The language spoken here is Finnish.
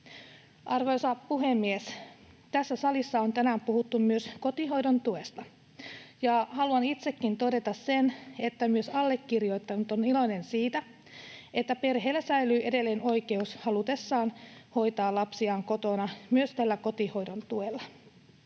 Arvoisa puhemies! Tässä salissa on tänään puhuttu myös kotihoidon tuesta, ja haluan itsekin todeta sen, että myös allekirjoittanut on iloinen siitä, että perheellä säilyy edelleen oikeus halutessaan hoitaa lapsiaan kotona myös tällä kotihoidon tuella.